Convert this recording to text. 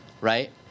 right